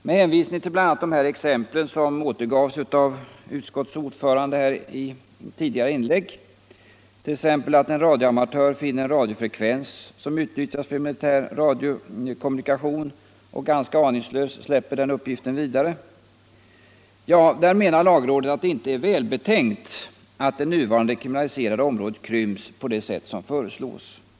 Men hänvisning till bl.a. de exempel som återgavs av utskottets ordförande i ett tidigare inlägg, t.ex. att en radioamatör finner en radiofrekvens som utnyttjas för militär radiokommunikation och ganska aningslöst släpper den uppgiften vidare, menar lagrådet att det inte är välbetänkt att det nuvarande kriminaliserade området krymps på det sätt som föreslås.